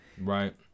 Right